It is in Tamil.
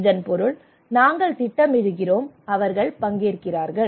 இதன் பொருள் நாங்கள் திட்டமிடுகிறோம் அவர்கள் பங்கேற்கிறார்கள்